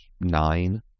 nine